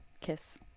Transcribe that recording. Kiss